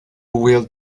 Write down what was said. wheel